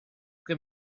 che